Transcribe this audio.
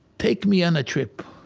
take me on a trip.